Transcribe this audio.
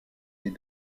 des